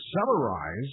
summarize